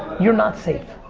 you're not safe.